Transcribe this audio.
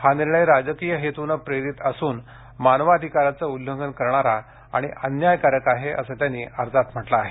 हा निर्णय राजकीय हेतूंनी प्रेरित असून मानवाधिकाराचं उल्लंघन करणारा आणि अन्यायकारक आहे असं अर्जात म्हटलं आहे